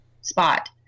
spot